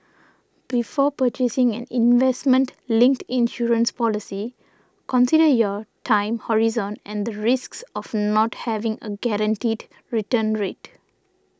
before purchasing an investment linked insurance policy consider your time horizon and the risks of not having a guaranteed return rate